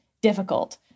difficult